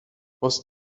was